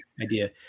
idea